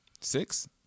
Six